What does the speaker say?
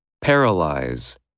Paralyze